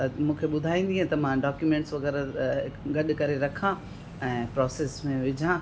मूंखे ॿुधाईंदीअं त मां डॉक्यूमेंट्स वग़ैरह गॾ करे रखां ऐं प्रोसेस में विझां